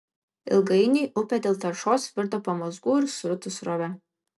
ilgainiui upė dėl taršos virto pamazgų ir srutų srove